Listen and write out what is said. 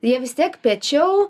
jie vis tiek piečiau